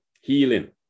healing